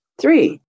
Three